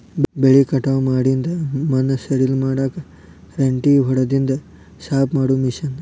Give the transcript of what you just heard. ಬೆಳಿ ಕಟಾವ ಮಾಡಿಂದ ಮಣ್ಣ ಸಡಿಲ ಮಾಡಾಕ ರೆಂಟಿ ಹೊಡದಿಂದ ಸಾಪ ಮಾಡು ಮಿಷನ್